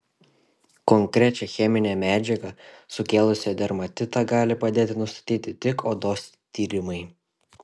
konkrečią cheminę medžiagą sukėlusią dermatitą gali padėti nustatyti tik odos tyrimai